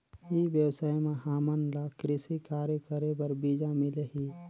ई व्यवसाय म हामन ला कृषि कार्य करे बर बीजा मिलही?